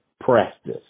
practice